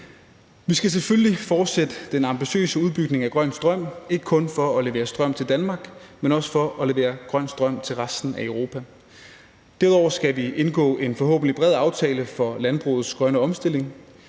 Vi skal selvfølgelig fortsætte den ambitiøse udbygning af grøn strøm, ikke kun for at levere strøm til Danmark, men også for at levere grøn strøm til resten af Europa. Derudover skal vi indgå en forhåbentlig bred aftale for landbrugets grønne omstilling.